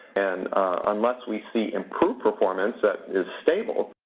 and unless we see improved performance that is stable,